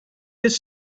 his